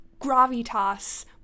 gravitas